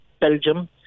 Belgium